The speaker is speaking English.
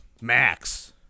Max